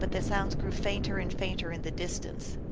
but the sounds grew fainter and fainter in the distance,